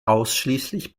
ausschließlich